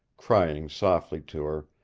crying softly to her,